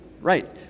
Right